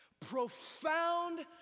profound